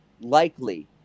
likely